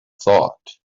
thought